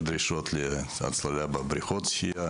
יש דרישות גם להצללה בבריכות שחייה,